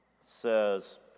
says